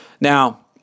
Now